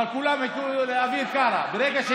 אבל כולם יחכו לאביר קארה.